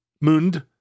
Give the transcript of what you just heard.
Mund